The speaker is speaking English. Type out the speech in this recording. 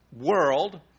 world